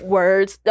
Words